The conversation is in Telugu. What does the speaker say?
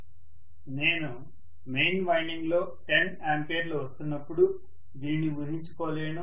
నేను మెయిన్ వైండింగ్లో 10 ఆంపియర్లు వస్తున్నప్పుడు దీనిని ఊహించుకోలేను